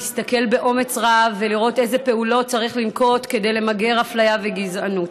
להסתכל באומץ רב ולראות איזה פעולות צריך לנקוט כדי למגר אפליה וגזענות.